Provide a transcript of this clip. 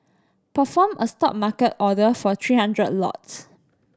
perform a Stop market order for three hundred lots